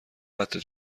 قطره